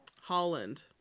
holland